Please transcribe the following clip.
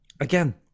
again